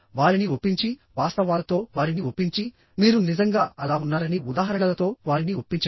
వారిని ఒప్పించి వాస్తవాలతో వారిని ఒప్పించి మీరు నిజంగా అలా ఉన్నారని ఉదాహరణలతో వారిని ఒప్పించండి